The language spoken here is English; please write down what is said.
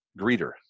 greeter